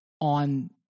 on